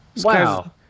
wow